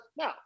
No